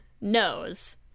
knows